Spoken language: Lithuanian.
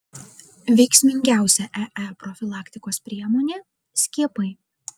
veiksmingiausia ee profilaktikos priemonė skiepai